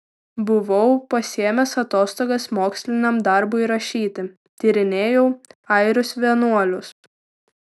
buvau pasiėmęs atostogas moksliniam darbui rašyti tyrinėjau airius vienuolius